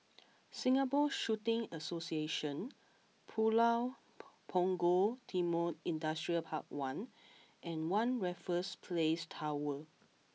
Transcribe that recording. Singapore Shooting Association Pulau Punggol Timor Industrial Park One and One Raffles Place Tower